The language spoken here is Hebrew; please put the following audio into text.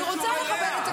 היא אמרה שזה לא מפריע לך.